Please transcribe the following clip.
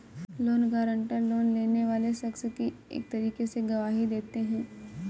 loan guarantor, loan लेने वाले शख्स की एक तरीके से गवाही देते हैं